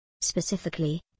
Specifically